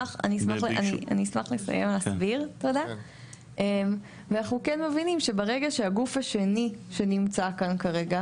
ואנחנו כן מבינים שברגע שהגוף השני שנמצא כאן כרגע,